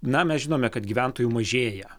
na mes žinome kad gyventojų mažėja